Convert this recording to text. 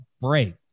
break